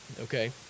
okay